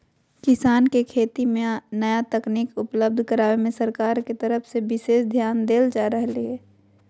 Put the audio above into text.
किसान के खेती मे नया तकनीक उपलब्ध करावे मे सरकार के तरफ से विशेष ध्यान देल जा रहल हई